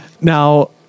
Now